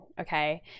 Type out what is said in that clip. okay